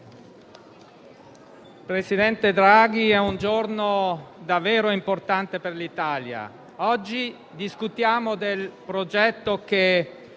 presidente Draghi, questo è un giorno davvero importante per l'Italia. Oggi discutiamo del progetto che